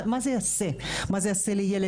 מה זה יעשה מה זה יעשה לילד,